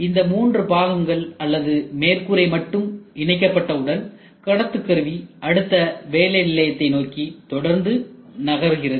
இந்த மூன்று பாகங்கள் அல்லது மேற்கூரை மட்டும் இணைக்கப்பட்ட உடன் கடத்துக்கருவி அடுத்தவேலை நிலையத்தை நோக்கி தொடர்ந்து நகருகிறது